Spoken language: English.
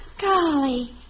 Golly